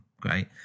Great